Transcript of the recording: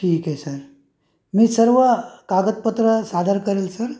ठीक आहे सर मी सर्व कागदपत्र सादर करेल सर